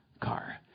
car